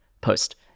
post